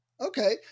Okay